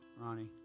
Ronnie